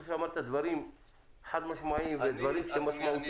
אחרי שאמרת דברים חד משמעיים ומשמעותיים,